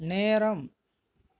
நேரம்